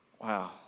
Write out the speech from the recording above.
Wow